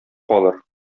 калыр